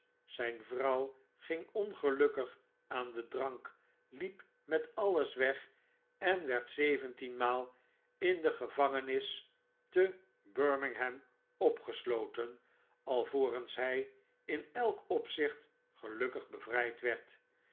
zijn vrouw gingongelukkig aan den drank liep met alles weg en werd zeventienmaal in de gevangenis te birmingham opgesloten alvorens hy in elk opzicht gelukkig bevryd werd